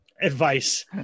advice